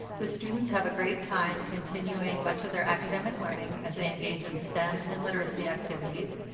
the students have a great time continuing much of their academic learning as they engage in stem and literacy activities.